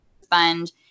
sponge